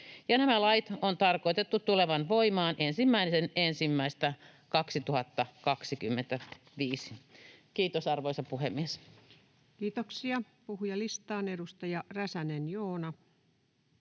Nämä lait on tarkoitettu tulevan voimaan 1.1.2025. — Kiitos, arvoisa puhemies. Kiitoksia. — Puhujalistaan, edustaja Räsänen, Joona.